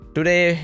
Today